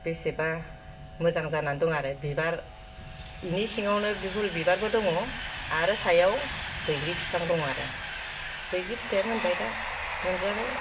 बेसेबा मोजां जानानै दं आरो बिबार बेनि सिङावनो फुल बिबारबो दङ आरो सायाव बैग्रि बिफां दं आरो बैग्रि फिथाइआ मोनबाय दा मोनजाबाय